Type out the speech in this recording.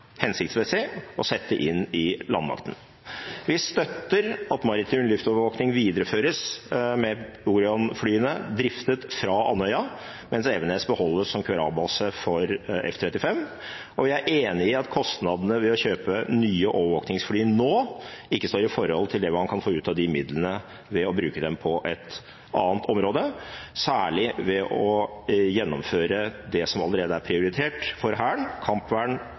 hensiktsmessig å sette inn i landmakten. Vi støtter at maritim luftovervåkning videreføres med Orion-flyene, driftet fra Andøya, mens Evenes beholdes som QRA-base for F 35, og vi er enig i at kostnadene ved å kjøpe nye overvåkningsfly nå ikke står i forhold til det man kan få ut av de midlene ved å bruke dem på et annet område, særlig ved å gjennomføre det som allerede er prioritert for Hæren: kampvern,